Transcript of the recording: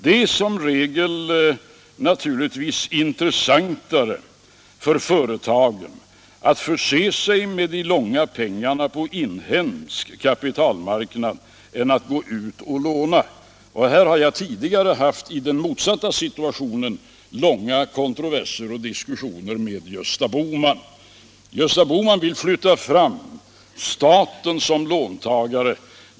Det är naturligtvis som regel intressantare för företagen att förse sig med de långfristiga lånen på den inhemska kapitalmarknaden än att gå ut och låna. Här har jag tidigare haft — i den motsatta situationen — långa kontroverser och diskussioner med Gösta Bohman. Han vill flytta fram staten som låntagare.